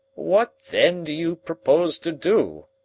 what, then, do you propose to do?